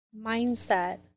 mindset